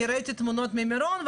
אני ראיתי תמונות ממירון,